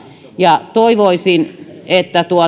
ja toivoisin että